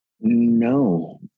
No